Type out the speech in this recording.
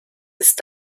ist